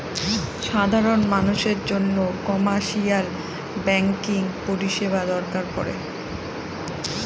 সাধারন মানুষের জন্য কমার্শিয়াল ব্যাঙ্কিং পরিষেবা দরকার পরে